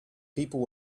people